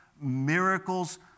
miracles